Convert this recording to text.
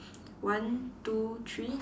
one two three